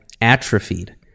atrophied